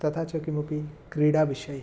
तथा च किमपि क्रीडाविषये